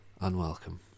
Unwelcome